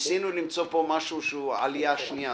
ניסינו למצוא פה משהו שהוא העלייה השנייה.